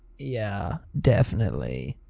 yeah definitely.